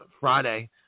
Friday